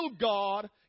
God